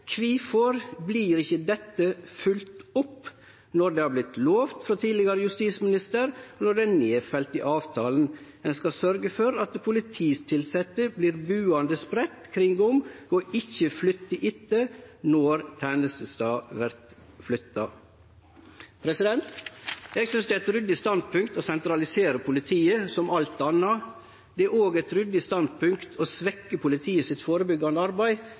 Kvifor vert ikkje dette følgt opp når det har vorte lova av den tidlegare justisministeren og det er felt ned i avtalen at ein skal sørgje for at polititilsette vert buande spreidd kringom og ikkje vert flytta etter når tenestestaden vert flytta? Eg synest det er eit ryddig standpunkt å sentralisere politiet, som alt anna. Det er òg eit ryddig standpunkt å svekkje det førebyggjande arbeidet til politiet